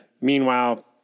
meanwhile